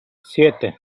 siete